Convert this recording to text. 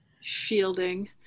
shielding